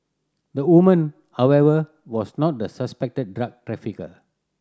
the woman however was not the suspected drug trafficker